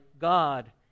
God